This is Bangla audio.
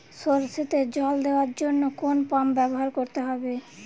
সরষেতে জল দেওয়ার জন্য কোন পাম্প ব্যবহার করতে হবে?